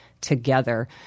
together